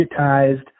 digitized